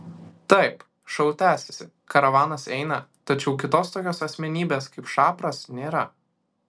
taip šou tęsiasi karavanas eina tačiau kitos tokios asmenybės kaip šapras nėra